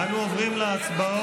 אנו עוברים להצבעות,